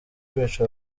kwica